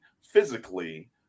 physically